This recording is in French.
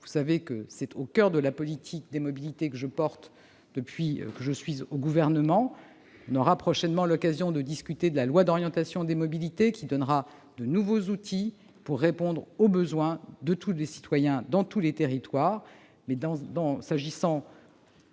de ce droit est au coeur de la politique des mobilités que je mène depuis que je suis au Gouvernement. Nous aurons prochainement l'occasion d'examiner le projet de loi d'orientation des mobilités, qui donnera de nouveaux outils pour répondre aux besoins de tous les citoyens, dans tous les territoires.